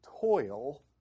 toil